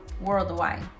worldwide